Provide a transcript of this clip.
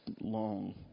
long